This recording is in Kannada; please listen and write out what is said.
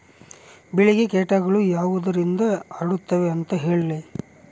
ಬೆಳೆಗೆ ಕೇಟಗಳು ಯಾವುದರಿಂದ ಹರಡುತ್ತದೆ ಅಂತಾ ಹೇಳಿ?